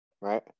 right